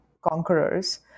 conquerors